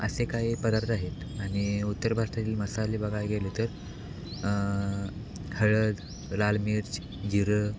असे काही पदार्थ आहेत आणि उत्तर भारतातील मसाले बघाय गेलं तर हळद लाल मिर्च जिरं